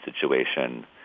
situation